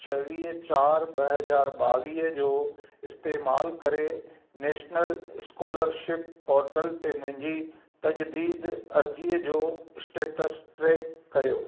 छवीह चारि ॿ हज़ार ॿावीह जो इस्तेमालु करे नैशनल स्कोलरशिप पोर्टल ते मुंहिंजी तज़दीकु अर्जीअ जो स्टेट्स ट्रैक करियो